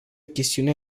chestiune